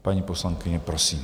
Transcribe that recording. Paní poslankyně, prosím.